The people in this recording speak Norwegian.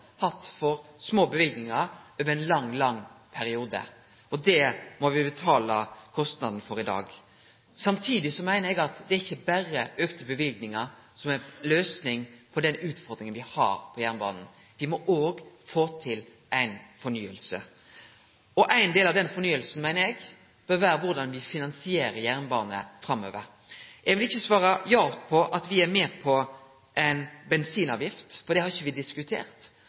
hatt for små løyvingar over ein lang, lang periode, og det må me betale kostnadene for i dag. Samtidig meiner eg at det ikkje berre er auka løyvingar som er løysinga på den utfordringa me har på jernbanen. Me må òg få til ei fornying, og ein del av den fornyinga bør vere, meiner eg, korleis me finansierer jernbane framover. Eg vil ikkje svare ja på at me er med på ei bensinavgift, for det har me ikkje diskutert.